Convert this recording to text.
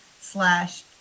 slash